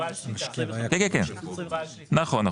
כן נכון,